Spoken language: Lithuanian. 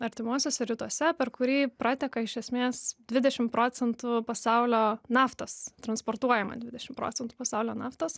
artimuosiuose rytuose per kurį prateka iš esmės dvidešim procentų pasaulio naftos transportuojama dvidešim procentų pasaulio naftos